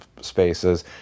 spaces